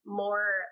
more